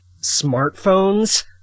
smartphones